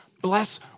Bless